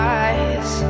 eyes